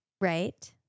Right